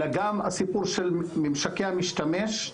אלא גם הסיפור של ממשקי המשתמש,